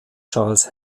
charles